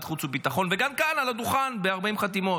חוץ וביטחון וגם כאן על הדוכן ב-40 חתימות,